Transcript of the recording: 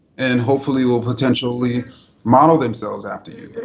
and, hopefully, will potentially model themselves after you.